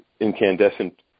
incandescent